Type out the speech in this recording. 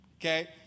okay